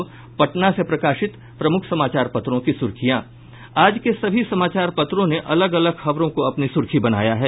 अब पटना से प्रकाशित प्रमुख समाचार पत्रों की सुर्खियां आज के सभी समाचार पत्रों ने अलग अलग खबरों को अपनी सुर्खी बनाया है